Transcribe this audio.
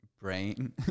brain